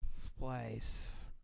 Splice